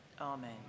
amen